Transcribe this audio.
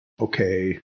okay